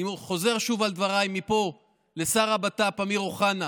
אני חוזר שוב על דבריי מפה לשר הבט"פ אמיר אוחנה: